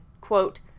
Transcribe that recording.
quote